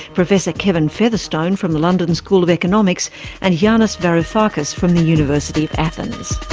professor kevin featherstone from the london school of economics and yanis varoufakis from the university of athens.